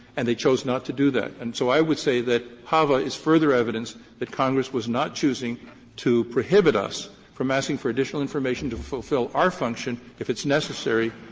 and they chose not to do that. and so i would say that hava is further evidence that congress was not choosing to prohibit us from asking for additional information to fulfill our function, if it's necessary,